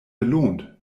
belohnt